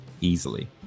easily